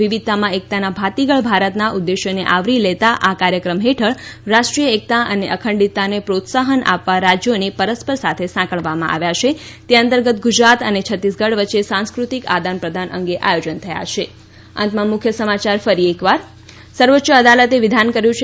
વિવિધતામાં એકતાના ભાતીગળ ભારતના ઉદ્દેશ્યને આવરી લેતા આ કાર્યક્રમ હેઠળ રાષ્ટ્રીય એકતા અને અખંડીતતાને પ્રોત્સાહન આપવા રાજ્યોને પરસ્પર સાથે સાંકળવામાં આવ્યાં છે તે અંતર્ગત ગુજરાત અને છત્તીસગઢ વચ્ચે સાંસ્કૃતિક આદાનપ્રદાન અંગે આયોજન થયાં છે